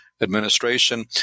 administration